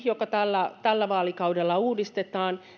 joka tällä tällä vaalikaudella uudistetaan